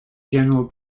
general